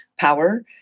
power